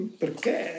perché